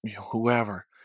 whoever